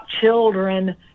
children